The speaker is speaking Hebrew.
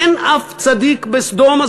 אין שום צדיק בסדום?